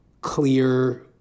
clear